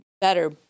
better